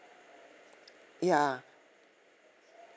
ya